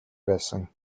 байсан